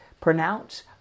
pronounce